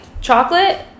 chocolate